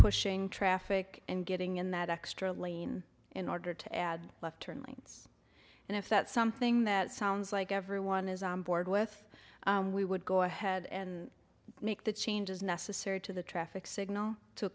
pushing traffic and getting in that extra lane in order to add left turn lanes and if that something that sounds like everyone is on board with we would go ahead and make the changes necessary to the traffic signal to